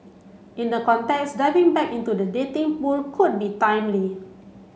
in the context diving back into the dating pool could be timely